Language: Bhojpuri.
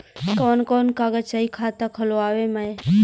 कवन कवन कागज चाही खाता खोलवावे मै?